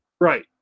Right